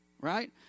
Right